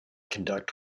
conduct